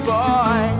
boy